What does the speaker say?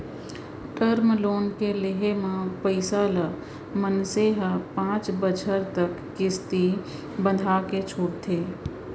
term loan के लेहे म पइसा ल मनसे ह पांच बछर तक किस्ती बंधाके छूटथे